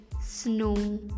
snow